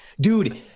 Dude